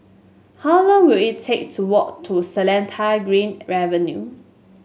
how long will it take to walk to Seletar Green Avenue